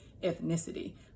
ethnicity